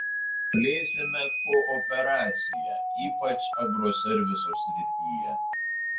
plėsime kooperaciją ypač agroserviso srityje